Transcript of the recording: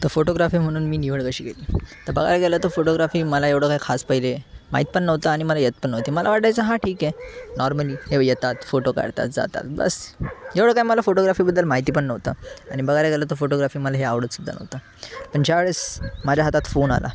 त फोटोग्राफी म्हणून मी निवड कशी केली तर बघायला गेलं तर फोटोग्राफी मला एवढं काय खास पहिले माहित पण नव्हतं आणि मला येत पण नव्हती मला वाटायचं हा ठीक आहे नॉर्मली हे येतात फोटो काढतात जातात बस एवढं काय मला फोटोग्राफीबद्दल माहिती पण नव्हतं आणि बघायला गेलं तर फोटोग्राफी मला हे आवडत सुद्धा नव्हतं पण ज्यावेळेस माझ्या हातात फोन आला